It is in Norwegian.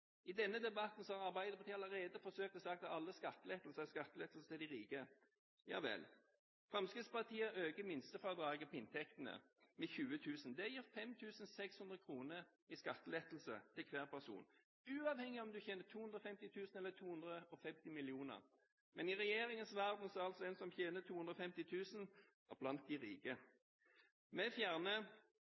I denne debatten har Arbeiderpartiet allerede forsøkt å si at alle skattelettelser er skattelettelser til de rike. Ja vel: Fremskrittspartiet øker minstefradraget på inntektene med 20 000 kr. Det gir 5 600 kr i skattelettelse til hver person, uavhengig av om du tjener 250 000 kr eller 250 mill. kr. Men i regjeringens verden er altså en som tjener 250 000 kr, blant de rike. Vi fjerner